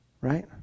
right